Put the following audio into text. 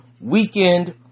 weekend